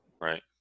Right